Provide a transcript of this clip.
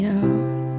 out